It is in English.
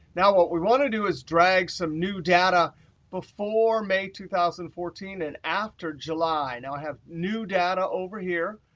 now what we want to do is drag some new data before may two thousand and fourteen and after july. now i have new data over here.